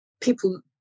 people